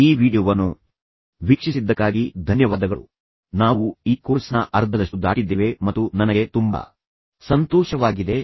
ಈ ವೀಡಿಯೊವನ್ನು ವೀಕ್ಷಿಸಿದ್ದಕ್ಕಾಗಿ ಧನ್ಯವಾದಗಳು ಮತ್ತು ನಾನು ಹೇಳಿದಂತೆ ನಾವು ಈ ಕೋರ್ಸ್ನ ಅರ್ಧದಷ್ಟು ದಾಟಿದ್ದೇವೆ ಮತ್ತು ನಂತರ ನಮ್ಮೊಂದಿಗೆ ಇರಲು ನನಗೆ ತುಂಬಾ ಸಂತೋಷವಾಗಿದೆ